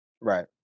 right